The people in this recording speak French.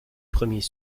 premiers